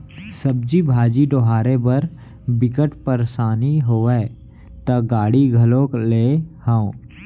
सब्जी भाजी डोहारे बर बिकट परसानी होवय त गाड़ी घलोक लेए हव